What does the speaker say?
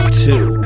two